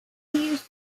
used